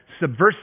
subversive